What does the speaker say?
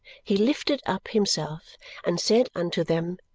he lifted up himself and said unto them,